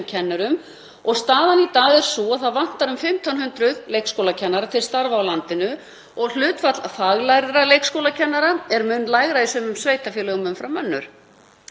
kennurum. Staðan í dag er sú að það vantar um 1.500 leikskólakennara til starfa á landinu og hlutfall faglærðra leikskólakennara er mun lægra í sumum sveitarfélögum en öðrum.